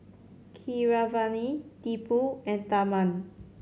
Keeravani Tipu and Tharman